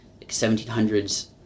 1700s